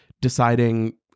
deciding